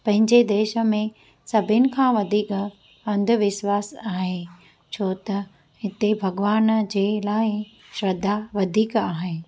पंहिंजे देश में सभिनि खां वधीक अंधविश्वास आहे छो त हिते भॻवान जे लाइ श्रद्धा वधीक आहे